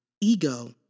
ego